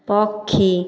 ପକ୍ଷୀ